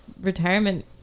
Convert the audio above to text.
retirement